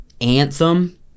Anthem